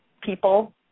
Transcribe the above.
people